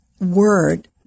word